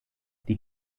die